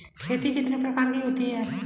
खेती कितने प्रकार की होती है?